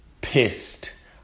pissed